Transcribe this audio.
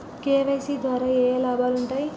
KYC ద్వారా ఏఏ లాభాలు ఉంటాయి?